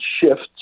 shifts